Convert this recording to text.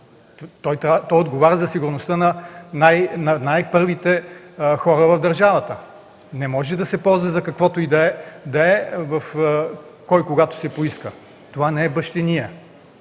той отговаря за сигурността на най-първите хора в държавата и не може да се ползва за каквото и да е, кой когато си поиска. Това не е бащиния.